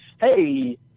Hey